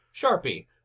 Sharpie